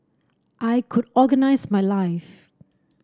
I could organise my life